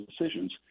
decisions